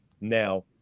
now